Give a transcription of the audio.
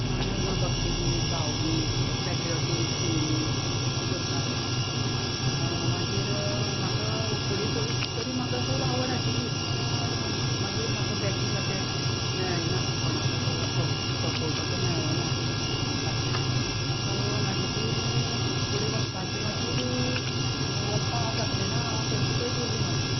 पण भक्तीगीत भावगीत पेट्रिऑटीक सिंगींग अशें करतालें हांव मागीर म्हाका फुडें फुडें तरी म्हाका खूब आवड आशिल्लीच पूण मागीर म्हाका बॅकींग अशें मेळ्ळें ना कोणाचोच सपोर्ट असो मेळोना फाटल्यान सो म्हाजी ती फुडें वचपाची मागीर वचपा हांव शकलें ना हांव थंयची थंयत उरली मागीर